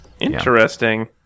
interesting